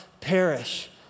perish